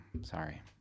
sorry